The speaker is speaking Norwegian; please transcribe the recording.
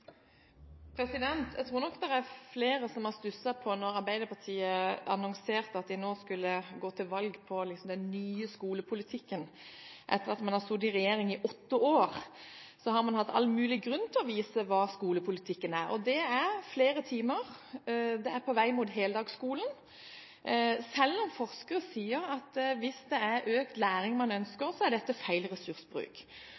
Jeg tror nok det var flere som stusset da Arbeiderpartiet annonserte at de nå skulle gå til valg på den nye skolepolitikken. Når man har sittet i regjering i åtte år, har man hatt all mulig grunn til å vise hva skolepolitikken er. Det er flere timer, det er på vei mot heldagsskolen, selv om forskere sier at hvis det er økt læring man